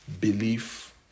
belief